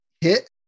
hit